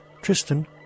Tristan